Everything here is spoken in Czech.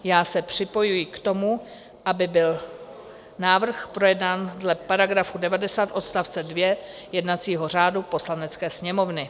Já se připojuji k tomu, aby byl návrh projednán podle § 90 odst. 2 jednacího řádu Poslanecké sněmovny.